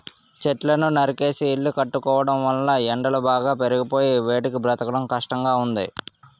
చెట్లను నరికేసి ఇల్లు కట్టుకోవడం వలన ఎండలు బాగా పెరిగిపోయి వేడికి బ్రతకడం కష్టంగా ఉంది